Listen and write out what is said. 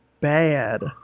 bad